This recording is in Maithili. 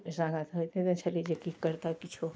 ओहिसँ आगाँ तऽ होइते नहि छलै जे किछु करिते किछु